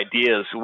ideas